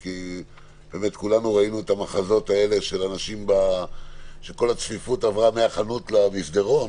כולנו ראינו איך כל הצפיפות עברה מהחנות למסדרון,